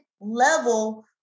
level